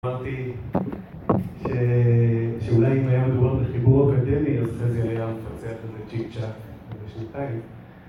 אמרתי שאולי אם היה מדובר בחיבור אקדמי, אז זה זה היה מפצח את זה צ'יק צ'אק בשנתיים